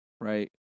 right